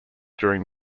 during